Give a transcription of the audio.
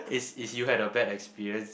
is if you had a bad experience